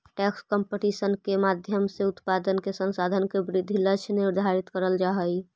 tax competition के माध्यम से उत्पादन के संसाधन के वृद्धि के लक्ष्य निर्धारित करल जा हई